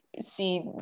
see